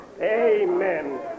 Amen